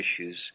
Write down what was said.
issues